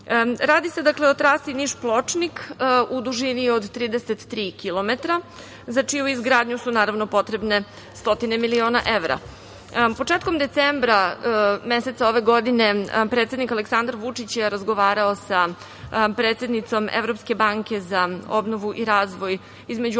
radi se o trasi Niš-Pločnik, u dužini od 33 km, za čiju izgradnju su potrebne stotine miliona evra. Početkom decembra meseca ove godine predsednik Aleksandra Vučić je razgovarao sa predsednicom Evropske banke za obnovu i razvoj, između